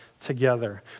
together